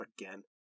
again